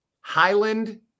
Highland